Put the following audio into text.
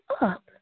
up